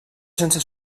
sense